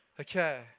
Okay